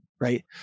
Right